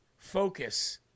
Focus